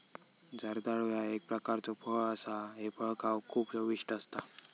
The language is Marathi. जर्दाळू ह्या एक प्रकारचो फळ असा हे फळ खाउक खूप चविष्ट असता